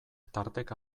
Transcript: tarteka